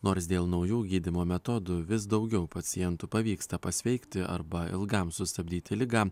nors dėl naujų gydymo metodų vis daugiau pacientų pavyksta pasveikti arba ilgam sustabdyti ligą